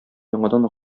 яңадан